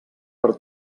per